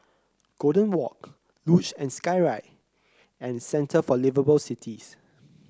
Golden Walk Luge and Skyride and Centre for Liveable Cities